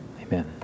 Amen